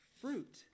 fruit